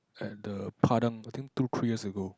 at the Padang I think two three years ago